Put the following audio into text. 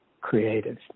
creative